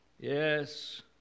Yes